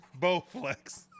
Bowflex